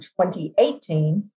2018